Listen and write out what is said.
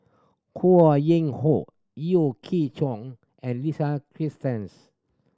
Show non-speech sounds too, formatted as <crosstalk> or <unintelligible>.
Ho Yuen Hoe Yeo Chee Kiong and Lisa <unintelligible>